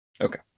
Okay